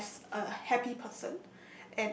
as a happy person